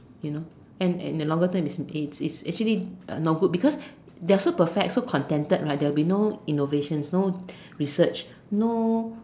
you know in in the longer term it's it's actually not good because they are so perfect so contented right there will be no innovations no research no